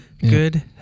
Good